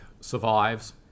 survives